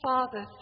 Father